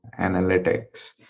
analytics